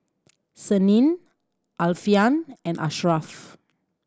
Senin Alfian and Asharaff